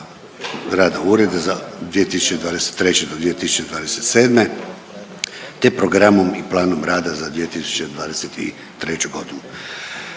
rada ureda za 2023. do 2027. te programom i planom rada za 2023. godinu.